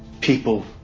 people